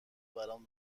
برام